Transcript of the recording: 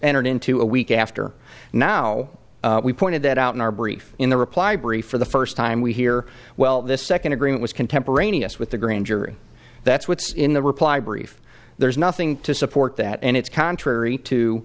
entered into a week after now we pointed that out in our brief in the reply brief for the first time we hear well this second agreement was contemporaneous with the grand jury that's what's in the reply brief there's nothing to support that and it's contrary to